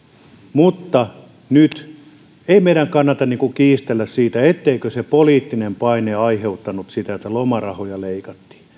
mutta ei meidän kannata kiistellä siitä etteikö se poliittinen paine olisi aiheuttanut sitä että lomarahoja leikattiin